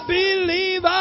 believe